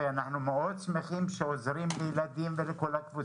ואנחנו מאוד שמחים שעוזרים לילדים ולכל הקבוצות.